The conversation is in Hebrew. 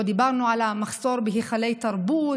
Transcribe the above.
לא דיברנו על המחסור בהיכלי תרבות,